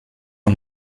you